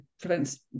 prevents